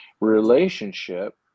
Relationship